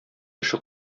эше